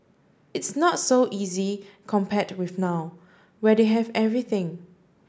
it's not so easy compared with now where they have everything